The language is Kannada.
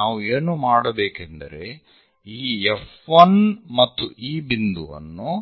ನಾವು ಏನು ಮಾಡಬೇಕೆಂದರೆ ಈ F1 ಮತ್ತು ಈ ಬಿಂದುವನ್ನು